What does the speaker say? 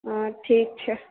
हँ ठीक छै